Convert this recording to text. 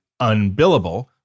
UNBILLABLE